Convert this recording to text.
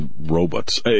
robots